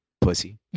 pussy